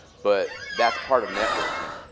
but that's part of networking.